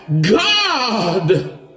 God